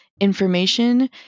information